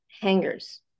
hangers